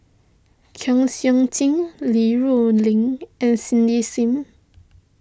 Kwek Siew Jin Li Rulin and Cindy Sim